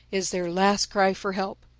is their last cry for help.